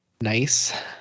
Nice